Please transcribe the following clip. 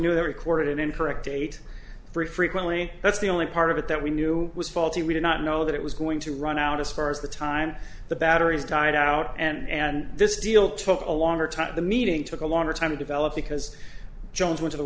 the record incorrect date for it frequently that's the only part of it that we knew was faulty we did not know that it was going to run out as far as the time the batteries died out and this deal took a long time the meeting took a longer time to develop because jones went to the